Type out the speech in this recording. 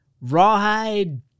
Rawhide